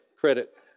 credit